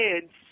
kids